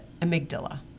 amygdala